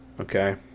okay